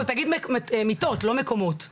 תגיד מיטות, לא מקומות.